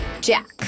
Jack